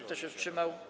Kto się wstrzymał?